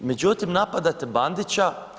Međutim, napadate Bandića.